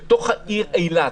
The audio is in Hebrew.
בתוך העיר אילת,